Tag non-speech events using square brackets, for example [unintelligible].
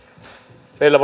meillä [unintelligible]